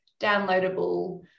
downloadable